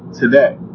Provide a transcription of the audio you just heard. today